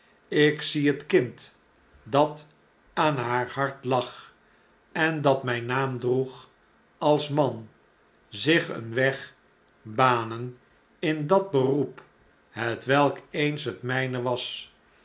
lk zie het kind dat aan haar hart lag en dat mjjn naam droeg als man zich een weg banen in dat beroep hetwelk eens het mijne was